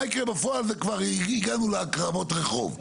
מה יקרה בפועל, כבר הגענו לקרבות הרחוב.